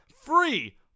free